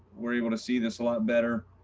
we're able to see this a lot better.